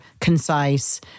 concise